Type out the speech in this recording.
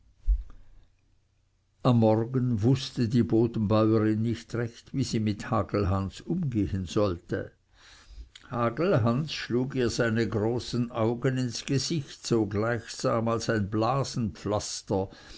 am morgen wußte die bodenbäurin nicht recht wie sie mit hagelhans umgehen solle hagelhans schlug ihr seine großen augen ins gesicht so gleichsam als ein